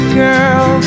girl